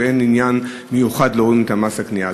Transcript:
ואין עניין מיוחד להוריד מהם את מס הקנייה.